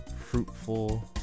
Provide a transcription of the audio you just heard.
fruitful